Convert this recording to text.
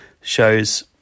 shows